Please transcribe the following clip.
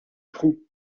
prou